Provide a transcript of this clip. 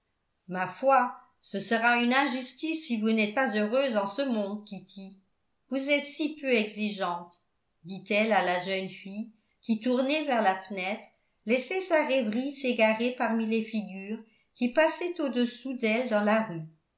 ma foi ce sera une injustice si vous n'êtes pas heureuse en ce monde kitty vous êtes si peu exigeante dit-elle à la jeune fille qui tournée vers la fenêtre laissait sa rêverie s'égarer parmi les figures qui passaient au-dessous d'elle dans la rue